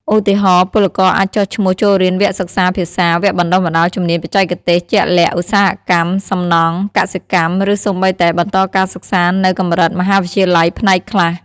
ឧទាហរណ៍ ពលករអាចចុះឈ្មោះចូលរៀនវគ្គសិក្សាភាសា វគ្គបណ្ដុះបណ្ដាលជំនាញបច្ចេកទេសជាក់លាក់ (ឧស្សាហកម្ម សំណង់ កសិកម្ម) ឬសូម្បីតែបន្តការសិក្សានៅកម្រិតមហាវិទ្យាល័យផ្នែកខ្លះ។